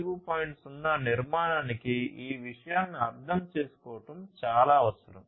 0 నిర్మాణానికి ఈ విషయాలను అర్థం చేసుకోవడం చాలా అవసరం